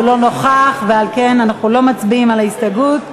הוא לא נוכח ועל כן אנחנו לא מצביעים על ההסתייגות.